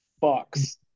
box